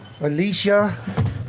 Alicia